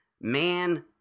man